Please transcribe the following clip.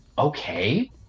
Okay